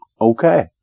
Okay